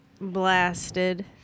Blasted